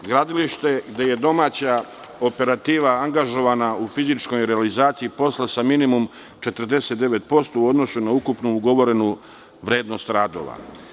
To je gradilište gde je domaća operativa angažovana u fizičkoj realizaciji posla sa minimum 49% u odnosu na ukupnu ugovorenu vrednost radova.